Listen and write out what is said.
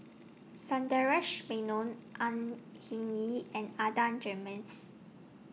Sundaresh Menon Au Hing Yee and Adan Jimenez